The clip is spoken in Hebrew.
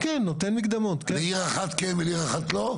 לעיר אחת כן ולעיר אחת לא?